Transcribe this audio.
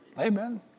Amen